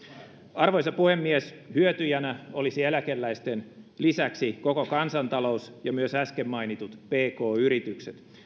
arvoisa puhemies hyötyjinä olisivat eläkeläisten lisäksi koko kansantalous ja myös äsken mainitut pk yritykset